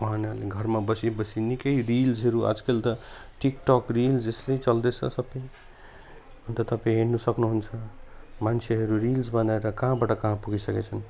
उहाँहरूले घरमा बसी बसी निकै रिल्सहरू आजकल त टिकटक रिल जसले चल्दैछ सबै अन्त तपाईँ हेर्नु सक्नुहुन्छ मान्छेहरू रिल्स बनाएर कहाँबाट कहाँ पुगिसकेछन्